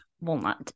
walnut